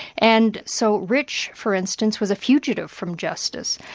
and so rich, for instance, was a fugitive from justice,